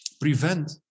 prevent